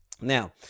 Now